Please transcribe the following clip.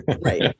right